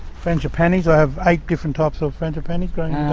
frangipanis have eight different types of frangipanis growing.